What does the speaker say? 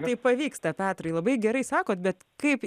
tai pavyksta petrai labai gerai sakote bet kaip